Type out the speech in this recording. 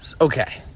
Okay